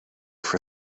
for